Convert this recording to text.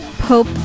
Pope